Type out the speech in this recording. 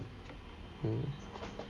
mm